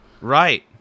Right